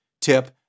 tip